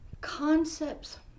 concepts